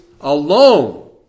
alone